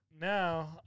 now